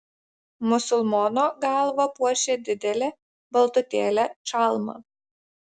musulmono galvą puošė didelė baltutėlė čalma